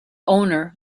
owner